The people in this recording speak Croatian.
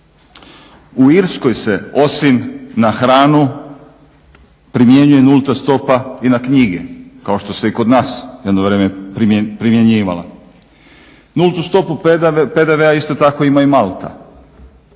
U Irskoj se osim na hranu primjenjuje nulta stopa i na knjige, kao što se i kod nas jedno vrijeme primjenjivala. Nultu stopu PDV-a isto tako ima i Malta.